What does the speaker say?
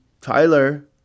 Tyler